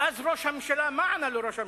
ואז מה ענה לו ראש הממשלה?